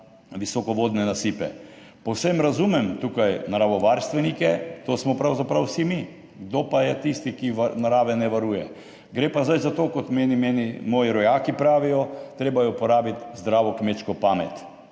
visokovodne nasipe. Tukaj povsem razumem naravovarstvenike, to smo pravzaprav vsi mi. Kdo pa je tisti, ki narave ne varuje? Gre pa zdaj za to, kot meni pravijo moji rojaki, treba je uporabiti zdravo kmečko pamet,